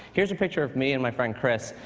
here's a picture of me and my friend, chris,